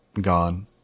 gone